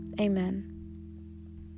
Amen